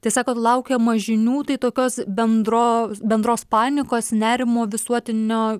tai sakot laukiama žinių tai tokios bendro bendros panikos nerimo visuotinio